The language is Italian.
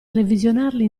revisionarli